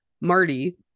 Marty